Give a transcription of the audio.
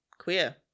queer